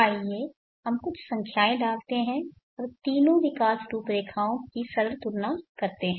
आइए हम कुछ संख्याएँ डालते हैं और तीनों विकास रूपरेखाओं की सरल तुलना करते हैं